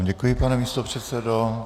Děkuji vám, pane místopředsedo.